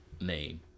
name